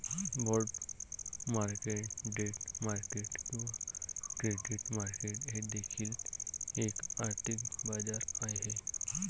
bond market debt market किंवा credit market हे देखील एक आर्थिक बाजार आहे